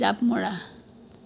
জাপ মৰা